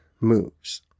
moves